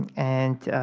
and